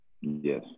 Yes